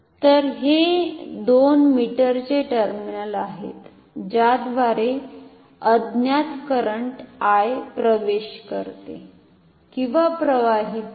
तर हे दोन मीटरचे टर्मिनल आहेत ज्याद्वारे अज्ञात करंट I प्रवेश करते किंवा प्रवाहित होते